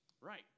Right